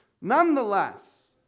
Nonetheless